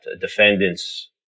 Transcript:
defendants